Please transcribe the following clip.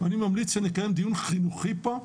אני ממליץ שנקיים דיון חינוכי פה,